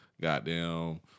Goddamn